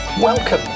Welcome